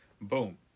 boom